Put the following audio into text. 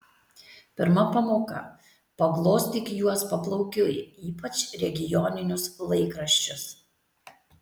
pirma pamoka paglostyk juos paplaukiui ypač regioninius laikraščius